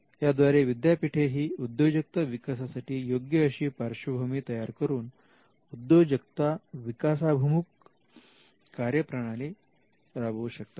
याद्वारे विद्यापीठे ही उद्योजकता विकासासाठी योग्य अशी पार्श्वभूमी तयार करून उद्योजकता विकासाभिमुख कार्यप्रणाली राबवू शकतात